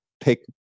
take